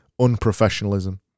unprofessionalism